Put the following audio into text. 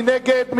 מי נגד?